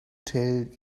tell